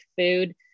food